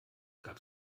gab